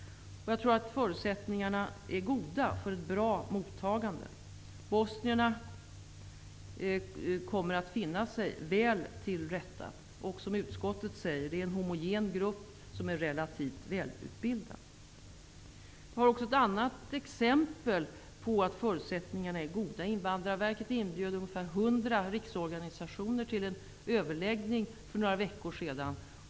Jag tror att förutsättningarna är goda för ett bra mottagande. Bosnierna kommer att finna sig väl till rätta. Som utskottet framhåller är det fråga om en relativt välutbildad, homogen grupp. Jag har ett annat exemepel på att förutsättningarna är goda. Invandrarverket inbjöd ungefär 100 riksorganisationer till en överläggning för några veckor sedan.